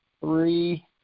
three